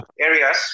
areas